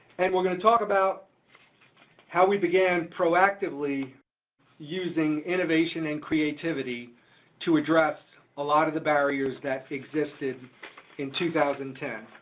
and we're gonna talk about how we began proactively using innovation and creativity to address a lot of the barriers that existed in two thousand and ten.